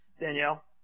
Danielle